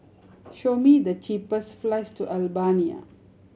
show me the cheapest flights to Albania